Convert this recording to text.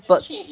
but